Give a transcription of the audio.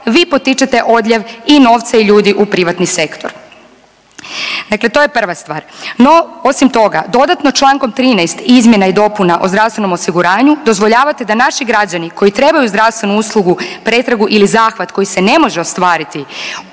vi potičete odljev i novca i ljudi u privatni sektor. Dakle, to je prva stvar. No, osim toga dodatno člankom 13. izmjena i dopuna o zdravstvenom osiguranju dozvoljavate da naši građani koji trebaju zdravstvenu uslugu, pretragu ili zahvat koji se ne može ostvariti